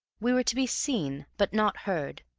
we were to be seen, but not heard,